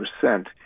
percent